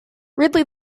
ridley